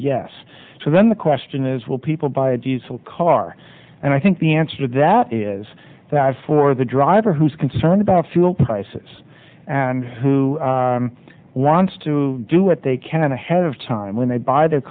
yes so then the question is will people buy a diesel car and i think the answer to that is that for the driver who's concerned about fuel prices and who wants to do what they can ahead of time when they buy their